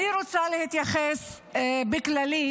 לכן אני רואה חשיבות מאוד גדולה,